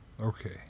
Okay